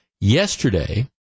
Yesterday